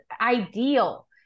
ideal